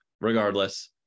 regardless